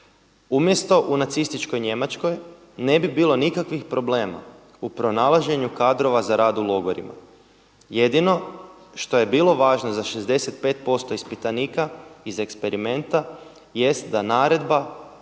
umjesto u nacističkoj Njemačkoj ne bi bilo nikakvih problema u pronalaženju kadrova za rad u logorima. Jedino što je bilo važno za 65% ispitanika iz eksperimenta jest da naredba